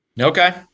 Okay